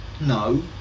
no